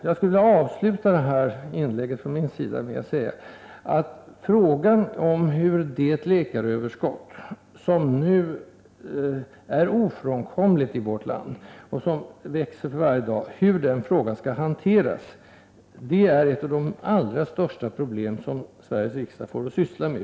Jag skulle vilja avsluta mitt inlägg med att säga att frågan om hur man skall hantera problemet med det läkaröverskott som nu är ofrånkomligt i vårt land och som växer för varje dag är en av de mest svårlösta frågor som Sveriges riksdag kommer att få ta itu med.